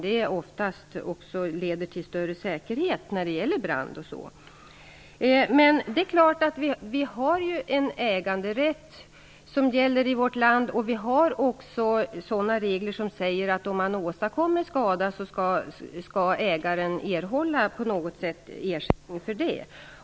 Det leder också ofta till större säkerhet med tanke på bl.a. brand. Men i vårt land gäller en äganderätt. Vi har också regler som säger att om någon åstadkommer skada skall ägaren på något sätt erhålla ersättning för det.